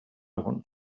want